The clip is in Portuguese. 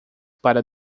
para